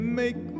make